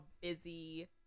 busy